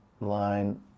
line